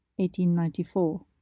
1894